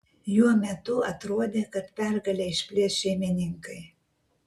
jo metu atrodė kad pergalę išplėš šeimininkai